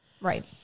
Right